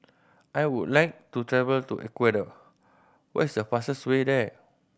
I would like to travel to Ecuador what is the fastest way there